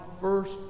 first